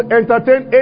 entertain